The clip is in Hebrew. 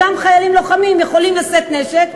אותם חיילים לוחמים יכולים לשאת נשק,